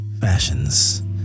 fashions